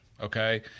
Okay